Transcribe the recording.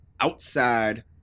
outside